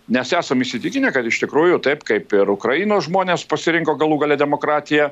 nes esam įsitikinę kad iš tikrųjų taip kaip ir ukrainos žmonės pasirinko galų gale demokratiją